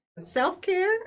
self-care